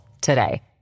today